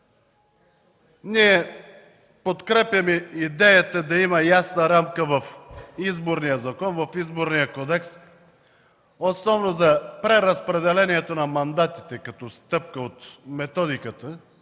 Ние подкрепяме идеята да има ясна рамка в Изборния кодекс – основно за преразпределението на мандатите като стъпка от методиката